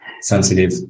sensitive